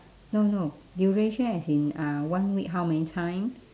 no no duration as in uh one week how many times